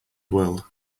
world